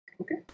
Okay